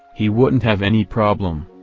he wouldn't have any problem.